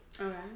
Okay